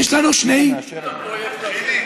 יש לנו שני, את הפרויקט הזה.